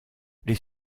les